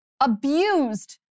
abused